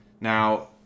Now